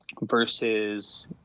versus